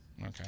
Okay